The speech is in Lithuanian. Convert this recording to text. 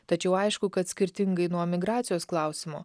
tačiau aišku kad skirtingai nuo migracijos klausimo